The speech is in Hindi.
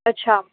अच्छा